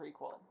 prequel